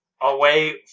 away